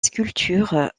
sculpture